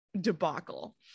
debacle